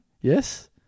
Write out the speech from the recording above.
Yes